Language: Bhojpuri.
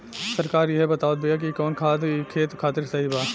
सरकार इहे बतावत बिआ कि कवन खादर ई खेत खातिर सही बा